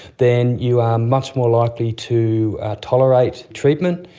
then you are much more likely to tolerate treatment,